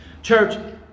Church